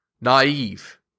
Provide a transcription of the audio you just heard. naive